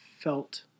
felt